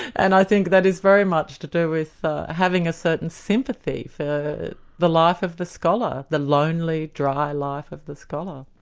and i think that is very much to do with having a certain sympathy for the life of the scholar, the lonely, dry life of the scholar.